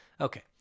Okay